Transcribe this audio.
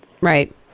Right